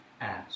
ask